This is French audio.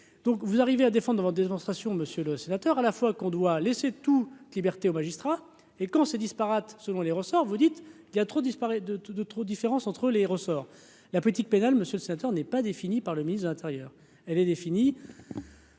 donc vous arrivez à défendre avant démonstration, monsieur le sénateur, à la fois qu'on doit laisser tout liberté aux magistrats et quand ce disparate selon les ressorts, vous dites il y a trop disparaît de de trop différence entre les ressorts la politique pénale, monsieur le sénateur n'est pas défini par le ministre de l'Intérieur, elle est définie.